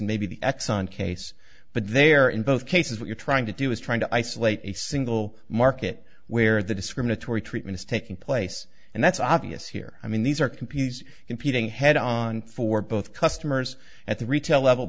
maybe the exxon case but there in both cases what you're trying to do is trying to isolate a single market where the discriminatory treatment is taking place and that's obvious here i mean these are computers competing head on for both customers at the retail level